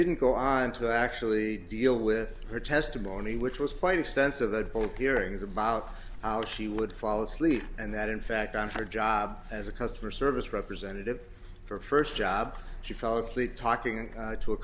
didn't go on to actually deal with her testimony which was quite extensive of both hearings about how she would fall asleep and that in fact on her job as a customer service representative for a first job she fell asleep talking to a